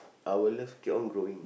our love keep on going